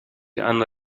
hanno